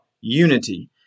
unity